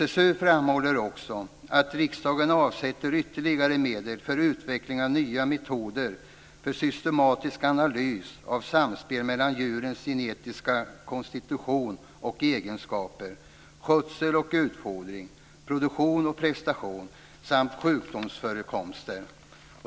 SLU framhåller också att riksdagen avsätter ytterligare medel för utveckling av nya metoder för systematisk analys av samspelet mellan djurens genetiska konstitution och egenskaper, skötsel och utfodring, produktion och prestation samt av sjukdomsförekomster.